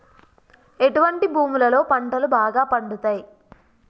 ఎటువంటి భూములలో పంటలు బాగా పండుతయ్?